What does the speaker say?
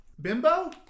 Bimbo